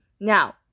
Now